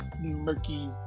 murky